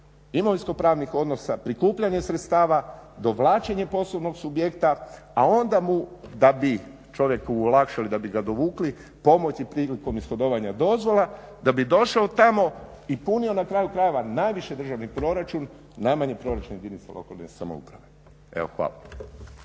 Imovinsko pravnih odnosa, prikupljanje sredstva, dovlačenje poslovnog subjekta a onda mu da bi čovjeku olakšali, da bi ga dovukli pomoći prilikom ishodovanja dozvola da bi došao tamo i punio na kraju krajeva najviše državni proračun, najmanji proračun jedinca lokalne samouprave. Evo hvala.